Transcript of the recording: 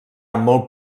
molt